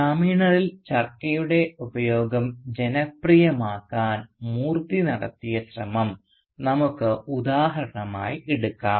ഗ്രാമീണരിൽ ചർക്കയുടെ ഉപയോഗം ജനപ്രിയമാക്കാൻ മൂർത്തി നടത്തിയ ശ്രമം നമുക്ക് ഉദാഹരണമായി എടുക്കാം